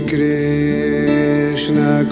Krishna